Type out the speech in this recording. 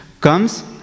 comes